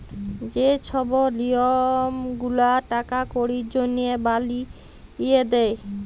যে ছব লিয়ম গুলা টাকা কড়ির জনহে বালিয়ে দে